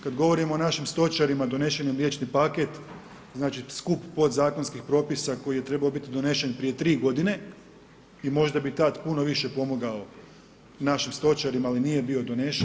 Kad govorimo o našim stočarima, donesen je mliječni paket, znači, skup podzakonskih propisa, koji je trebao biti donesen prije 3 godine i možda bi tada puno više pomogao našim stočarima, ali nije bio donesen.